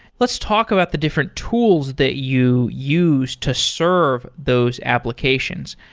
let's talk about the different tools that you use to serve those applications.